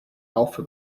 alpha